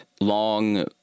Long